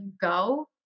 go